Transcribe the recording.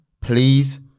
please